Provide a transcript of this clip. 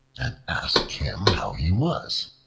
and asked him how he was.